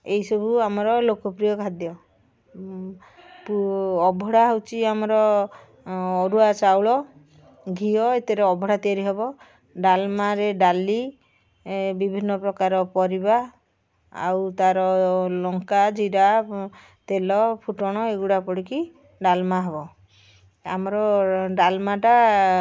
ଏଇସବୁ ଆମର ଲୋକପ୍ରିୟ ଖାଦ୍ୟ ଅବଢ଼ା ହେଉଛି ଆମର ଅରୁଆ ଚାଉଳ ଘିଅ ଏଥିରେ ଅବଢ଼ା ତିଆରି ହେବ ଡାଲମାରେ ଡାଲି ବିଭିନ୍ନ ପ୍ରକାର ପରିବା ଆଉ ତା'ର ଲଙ୍କା ଜିରା ତେଲ ଫୁଟଣ ଏଇଗୁଡ଼ା ପଡ଼ିକି ଡାଲମା ହେବ ଆମର ଡାଲମାଟା